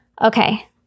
Okay